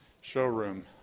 showroom